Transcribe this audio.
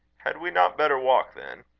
had we not better walk, then?